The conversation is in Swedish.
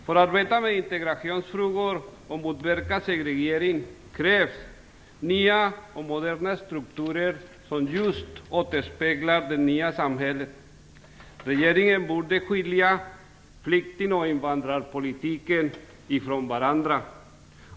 För att arbeta med integrationsfrågor och motverka segregering krävs det nya och moderna strukturer som just återspeglar det nya samhället. Regeringen borde skilja flykting och invandrarpolitiken från varandra.